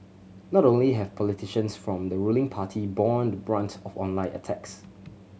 not only have politicians from the ruling party borne the brunt of online attacks